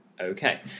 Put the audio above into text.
Okay